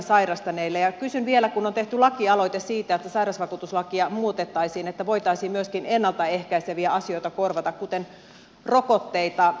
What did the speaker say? ja kysyn vielä kun on tehty lakialoite siitä että sairausvakuutuslakia muutettaisiin niin että voitaisiin myöskin ennalta ehkäiseviä asioita korvata kuten rokotteita